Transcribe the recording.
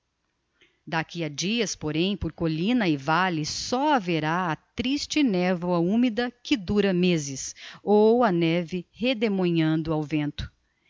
d'aqui a dias porém por collina e valle só haverá a triste nevoa humida que dura mezes ou a neve redemoinhando ao vento